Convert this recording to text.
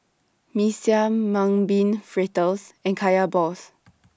Mee Siam Mung Bean Fritters and Kaya Balls